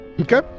Okay